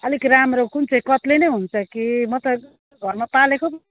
अलिक राम्रो कुन चाहिँ कत्ले नै हुन्छ कि म त घरमा पालेको